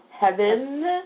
heaven